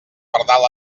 pardal